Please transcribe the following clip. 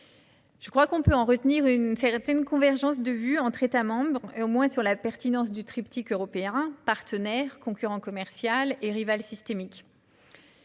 me semble que l'on peut en retenir une certaine convergence de vues entre États membres, au moins sur la pertinence du triptyque européen :« partenaire, concurrent commercial et rival systémique